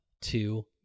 Two